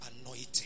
anointing